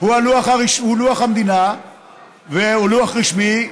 הוא לוח המדינה והוא לוח רשמי,